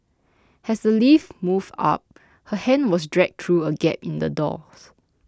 as the lift moved up her hand was dragged through a gap in the doors